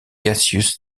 cassius